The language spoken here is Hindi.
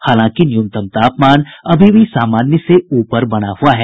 हालांकि न्यूनतम तापमान अभी भी सामान्य से ऊपर बना हुआ है